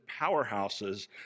powerhouses